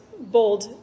bold